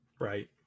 Right